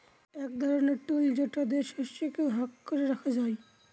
এক ধরনের টুল যেটা দিয়ে শস্যকে ভাগ করে রাখা হয়